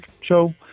show